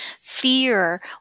fear